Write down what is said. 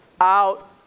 out